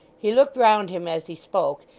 he looked round him as he spoke,